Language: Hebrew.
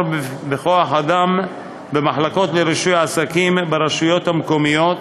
בכוח-אדם במחלקות לרישוי עסקים ברשויות המקומיות,